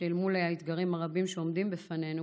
אל מול האתגרים הרבים שעומדים בפנינו,